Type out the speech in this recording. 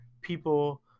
people